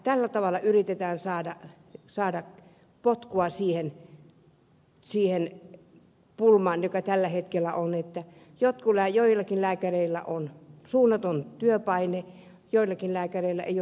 tällä tavalla yritetään saada potkua siihen pulmaan joka tällä hetkellä on että joillakin lääkäreillä on suunnaton työpaine ja joillakin lääkäreillä ei ole työtä lainkaan